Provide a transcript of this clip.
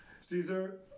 Caesar